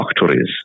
factories